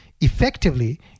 effectively